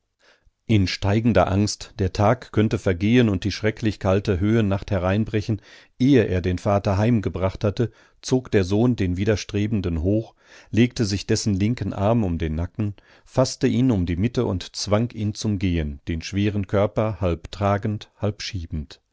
in steigender angst der tag könnte vergehen und die schrecklich kalte höhennacht herreinbrechen ehe er den vater heimgebracht hatte zog der sohn den widerstrebenden hoch legte sich dessen linken arm um den nacken faßte ihn um die mitte und zwang ihn zum gehen den schweren körper halb tragend halb schiebend